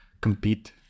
compete